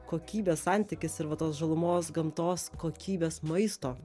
kokybės santykis ir va tos žalumos gamtos kokybės maisto